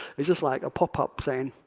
it's just like a pop-up saying,